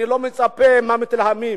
אני לא מצפה מהמתלהמים,